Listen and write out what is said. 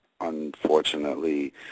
unfortunately